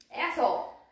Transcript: Asshole